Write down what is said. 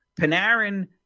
Panarin